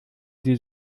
die